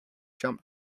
jump